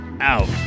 out